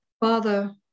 Father